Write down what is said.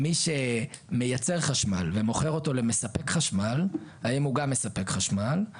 מי שמייצר חשמל ומוכר אותו למספק חשמל האם הוא גם מספק חשמל?